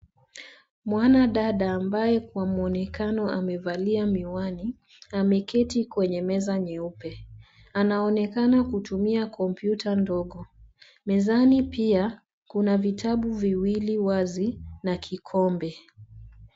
Mwanadada ambaye kwa mwonekano amevalia miwani, ameketi kwenye meza nyeupe. Anaonekana kutumia kompyuta ndogo . Mezani pia, kuna vitabu viwili wazi na kikombe.